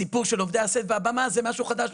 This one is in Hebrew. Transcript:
הסיפור של עובדי הסט והבמה זה משהו חדש,